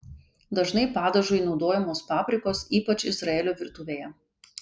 dažnai padažui naudojamos paprikos ypač izraelio virtuvėje